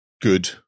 good